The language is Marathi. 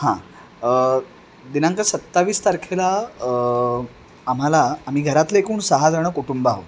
हां दिनांक सत्तावीस तारखेला आम्हाला आम्ही घरातले एकूण सहाजण कुटुंब आहोत